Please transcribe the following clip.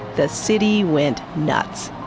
the city went nuts.